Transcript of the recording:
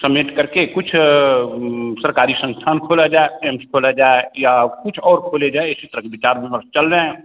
समेट करके कुछ सरकारी संस्थान खोला जाए एम्स खोला जाए या कुछ और खोले जाए इसी तरह के विचार विमर्श चल रहे हैं